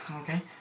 Okay